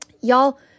Y'all